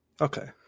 okay